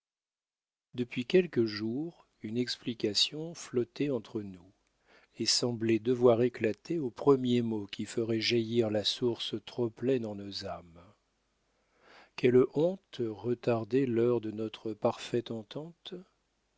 depuis quelques jours une explication flottait entre nous et semblait devoir éclater au premier mot qui ferait jaillir la source trop pleine en nos âmes quelle honte retardait l'heure de notre parfaite entente